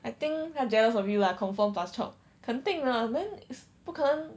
I think 她 jealous of you lah confirm plus chop 肯定的 then it's 不可能